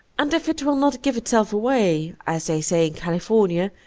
and if it will not give itself away, as they say in california,